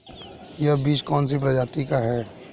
यह बीज कौन सी प्रजाति का है?